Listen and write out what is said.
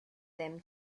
them